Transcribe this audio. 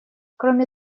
кроме